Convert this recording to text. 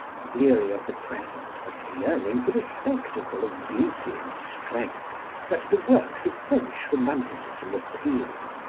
weary of the present, but yearning for the spectacle of beauty and strength, that the works of french romanticism appeal.